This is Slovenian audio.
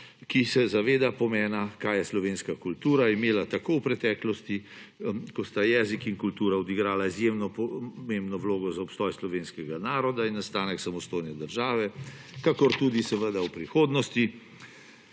ki se zaveda pomena, kaj je slovenska kultura imela tako v preteklosti, ko sta jezik in kultura odigrala izjemno pomembno vlogo za obstoj slovenskega naroda in nastanek samostojne države, kakor tudi seveda v prihodnosti,